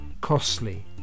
costly